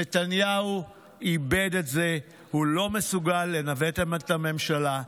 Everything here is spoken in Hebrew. נתניהו איבד את זה, הוא לא מסוגל לנווט את הממשלה.